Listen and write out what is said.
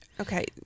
Okay